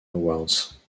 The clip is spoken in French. awards